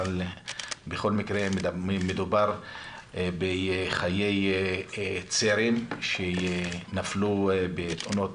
אבל בכל מקרה מדובר בחיי צעירים שנפלו בתאונות